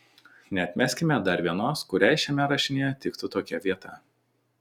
neatmeskime dar vienos kuriai šiame rašinyje tiktų tokia vieta